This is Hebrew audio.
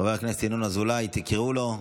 חבר הכנסת ינון אזולאי, תקראו לו.